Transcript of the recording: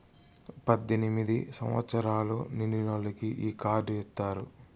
పద్దెనిమిది సంవచ్చరాలు నిండినోళ్ళకి ఈ కార్డు ఇత్తారు